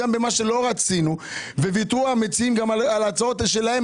גם במה שלא רצינו וויתרו המציעים גם על ההצעות שלהם,